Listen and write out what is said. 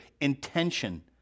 intention